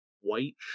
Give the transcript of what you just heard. white